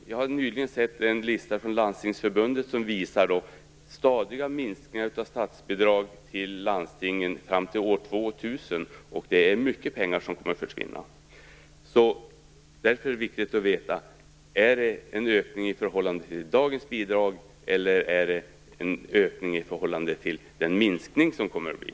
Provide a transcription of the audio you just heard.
Jag har nyligen sett en lista från Landstingsförbundet som visar stadiga minskningar av statsbidragen till landstingen fram till år 2000. Det är mycket pengar som kommer att försvinna. Därför är det viktigt att veta om det är en ökning i förhållande till dagens bidrag eller i förhållande till den minskning som kommer att ske.